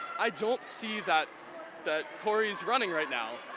i don't see that that corey is running right now.